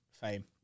fame